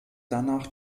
danach